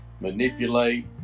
manipulate